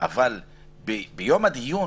אבל ביום הדיון